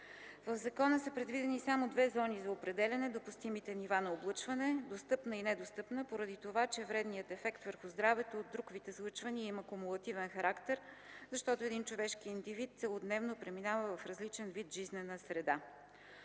В закона са предвидени само две зони за определяне допустимите нива на облъчване, достъпна и недостъпна, поради това че вредният ефект върху здравето от този вид излъчвания има кумулативен характер, защото един човешки индивид целодневно преминава в различен вид жизнена среда.